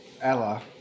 Ella